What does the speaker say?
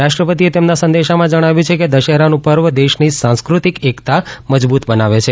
રાષ્ટ્રપતિએ તેમના સંદેશામાં જણાવ્યું છે કે દશેરાનું પર્વ દેશની સાંસ્ક્રતિક એકતા મજબૂત બનાવે છે